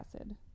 acid